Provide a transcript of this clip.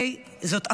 זאת אפליה.